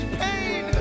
pain